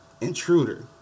Intruder